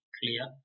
clear